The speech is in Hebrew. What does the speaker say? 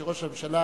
שראש הממשלה